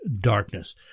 darkness